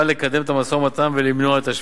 לקדם את המשא-ומתן ולמנוע את השביתה.